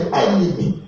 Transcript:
enemy